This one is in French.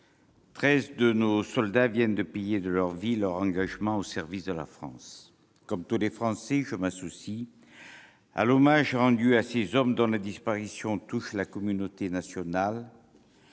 de nos soldats viennent de payer de leur vie leur engagement au service de la France. Comme tous les Français, je m'associe à l'hommage rendu à ces hommes, dont la disparation touche la communauté nationale.